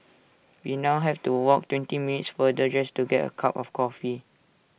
we now have to walk twenty minutes farther just to get A cup of coffee